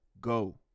go